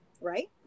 right